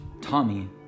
Tommy